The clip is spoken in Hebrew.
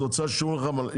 אתה רוצה ש -- נכון,